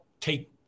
take